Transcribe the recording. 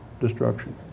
destruction